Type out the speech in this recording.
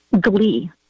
Glee